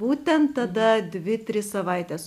būtent tada dvi tris savaites